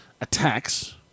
attacks